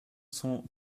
cent